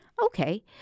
Okay